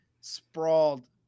sprawled